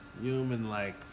human-like